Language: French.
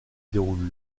déroule